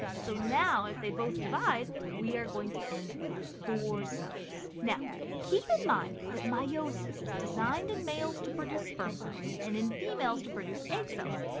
so now if they both divide, we're going to end with four cells. now keep in mind that meiosis is designed in males to produce sperm cells and in females to produce egg cells.